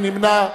מי נמנע?